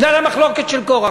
זו הרי מחלוקת של קורח.